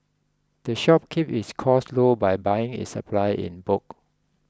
the shop keeps its costs low by buying its supplies in bulk